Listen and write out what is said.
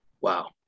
Wow